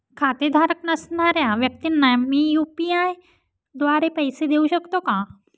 खातेधारक नसणाऱ्या व्यक्तींना मी यू.पी.आय द्वारे पैसे देऊ शकतो का?